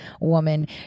woman